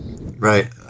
right